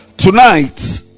tonight